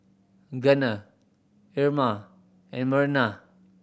Gunnar Irma and Merna